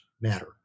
matter